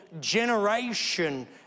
generation